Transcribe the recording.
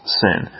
sin